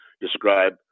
describe